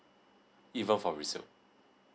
even for resale